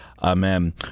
Amen